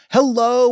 Hello